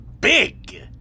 big